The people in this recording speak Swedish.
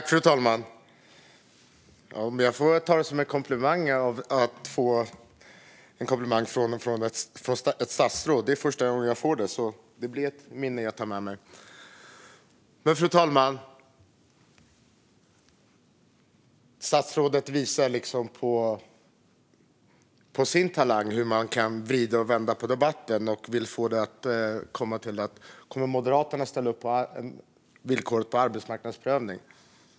Fru talman! Jag tar det som en komplimang, och det är första gången jag får en komplimang från ett statsråd. Det blir alltså ett minne jag tar med mig. Fru talman! Statsrådet visar sin talang för att vrida och vända på debatten. Han vill få det till att handla om huruvida Moderaterna kommer att ställa upp på villkoret om arbetsmarknadsprövning.